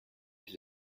his